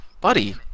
buddy